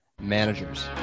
managers